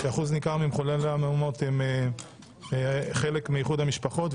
שאחוז ניכר ממחוללי ההתפרעויות היו מאיחוד המשפחות.